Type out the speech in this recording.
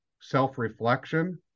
self-reflection